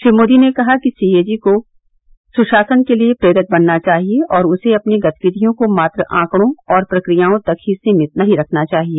श्री मोदी ने कहा कि सी ए जी को स्शासन के लिए प्रेरक बनना चाहिए और उसे अपनी गतिविधियों को मात्र आंकड़ों और प्रक्रियाओं तक ही सीमित नहीं रखना चाहिए